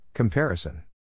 Comparison